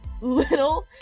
little